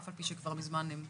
אף על פי שהם כבר אינם לקוחותיי.